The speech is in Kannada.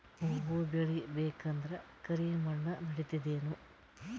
ಹುವ ಬೇಳಿ ಬೇಕಂದ್ರ ಕರಿಮಣ್ ನಡಿತದೇನು?